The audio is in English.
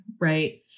right